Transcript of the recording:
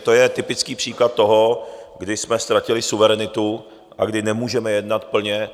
To je typický příklad toho, kdy jsme ztratili suverenitu a kdy nemůžeme jednat plně...